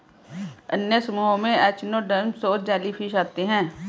अन्य समूहों में एचिनोडर्म्स और जेलीफ़िश आते है